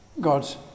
God's